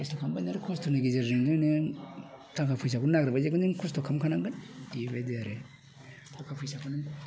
खस्थ' खामबाय नालाय खस्थ'नि गेजेरजों नों थाखा फैसाखो नागेरबाय नालाय नों खस्थ' खालामखानांगोन बेबायदि आरो थाखा फैसाखौ नों